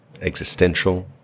existential